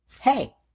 Hey